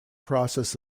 process